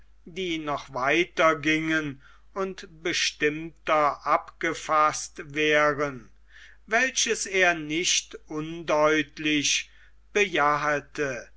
die noch weiter gingen und bestimmter abgefaßt wären welches er nicht undeutlich bejahte